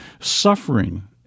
suffering